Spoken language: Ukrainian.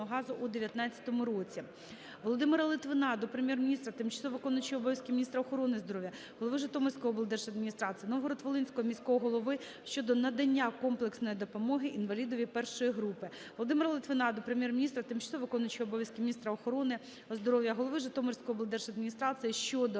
Володимира Литвина до Прем'єр-міністра, тимчасово виконуючої обов'язки міністра охорони здоров'я, голови Житомирської обласної державної адміністрації, Новоград-Волинського міського голови щодо надання комплексної допомоги інвалідові І групи. Володимира Литвина до Прем'єр-міністра, тимчасово виконуючої обов'язки міністра охорони здоров'я України, голови Житомирської облдержадміністрації щодо